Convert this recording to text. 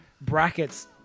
brackets